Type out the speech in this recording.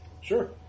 Sure